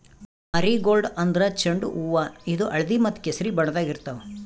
marigold ಅಂದ್ರ ಚೆಂಡು ಹೂವಾ ಇದು ಹಳ್ದಿ ಮತ್ತ್ ಕೆಸರಿ ಬಣ್ಣದಾಗ್ ಇರ್ತವ್